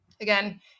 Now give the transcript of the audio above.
again